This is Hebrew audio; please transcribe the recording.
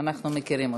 אנחנו מכירים אותה.